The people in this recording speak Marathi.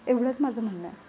एवढंच माझं म्हणणं आहे